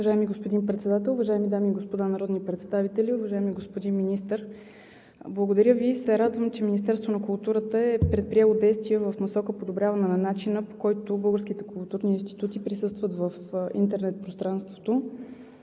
Уважаеми господин Председател, уважаеми дами и господа народни представители! Уважаеми господин Министър, благодаря Ви. Радвам се, че Министерството на културата е предприело действия в посока подобряване на начина, по който българските културни институти присъстват в интернет пространството.